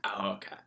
Okay